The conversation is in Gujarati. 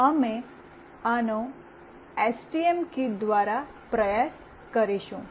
અમે આનો એસટીએમ કીટ દ્વારા પ્રયાસ કરીશું